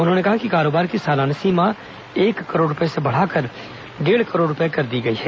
उन्होंने कहा कि कारोबार की सालाना सीमा एक करोड़ रूपये से बढ़ाकर डेढ़ करोड़ कर दी गई है